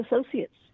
associates